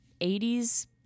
80s